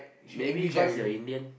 maybe cause your Indian